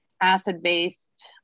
acid-based